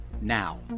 Now